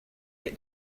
got